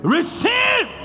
Receive